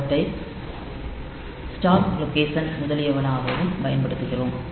அவற்றை stock location முதலியனவாகவும் பயன்படுத்துகிறோம்